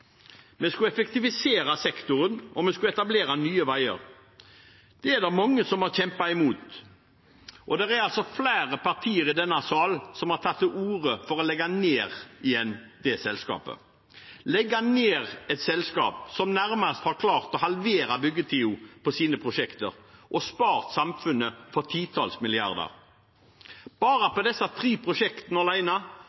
Vi skulle effektivisere sektoren, og vi skulle etablere Nye Veier. Det er det mange som har kjempet imot. Det er flere partier i denne sal som har tatt til orde for å legge ned det selskapet, legge ned et selskap som nærmest har klart å halvere byggetiden på sine prosjekter og spart samfunnet for titalls milliarder. Bare